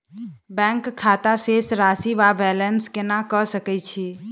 Bank खाता शेष राशि वा बैलेंस केना कऽ सकय छी?